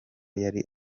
yari